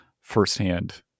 firsthand